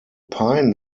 pine